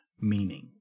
meaning